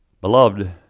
Beloved